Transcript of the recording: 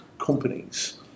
companies